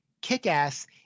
kick-ass